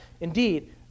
Indeed